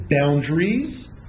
boundaries